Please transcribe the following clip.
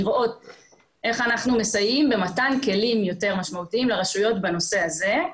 לראות איך אנחנו מסייעים במתן כלים יותר משמעותיים לרשויות בנושא הזה.